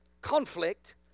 conflict